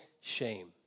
shame